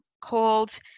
called